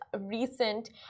recent